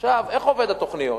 איך עובדות התוכניות?